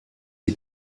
die